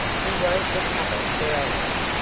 he won't recover for hours,